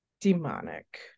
demonic